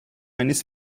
eines